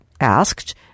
asked